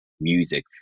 music